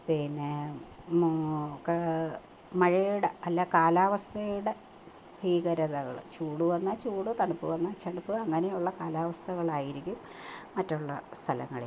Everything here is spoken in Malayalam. പിന്നെ ക മഴയുടെ അല്ല കാലാവസ്ഥയുടെ ഭീകരതകൾ ചൂട് വന്നാൽ ചൂട് തണുപ്പ് വന്നാൽ തണുപ്പ് അങ്ങനെയുള്ള കാലാവസ്ഥകളായിരിക്കും മറ്റുള്ള സ്ഥലങ്ങളിൽ